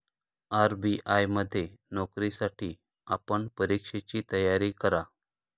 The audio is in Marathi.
आर.बी.आय मध्ये नोकरीसाठी आपण परीक्षेची तयारी करा